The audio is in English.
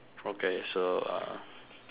okay so uh